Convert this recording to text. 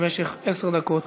במשך עשר דקות